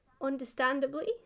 understandably